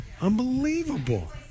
Unbelievable